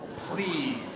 Please